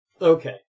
Okay